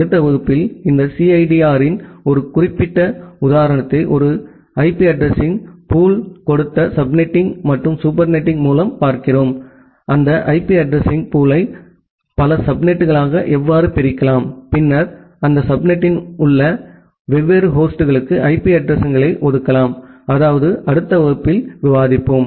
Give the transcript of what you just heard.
அடுத்த வகுப்பில் இந்த சிஐடிஆரின் 1 குறிப்பிட்ட உதாரணத்தை ஒரு ஐபி அட்ரஸிங் பூல் கொடுத்த சப்நெட்டிங் மற்றும் சூப்பர்நெட்டிங் மூலம் பார்க்கிறோம் அந்த ஐபி அட்ரஸிங் பூலை பல சப்நெட்டுகளாக எவ்வாறு பிரிக்கலாம் பின்னர் அந்த சப்நெட்டின் உள்ளே வெவ்வேறு ஹோஸ்டுக்கு ஐபி அட்ரஸிங்களை ஒதுக்கலாம் அதாவது அடுத்த வகுப்பில் விவாதிப்போம்